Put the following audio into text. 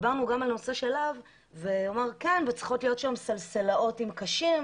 דיברנו גם על הנושא של להב ונאמר שצריכים להיות שם סלסלות עם קשים,